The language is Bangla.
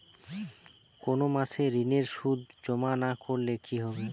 কোনো মাসে ঋণের সুদ জমা না করলে কি হবে?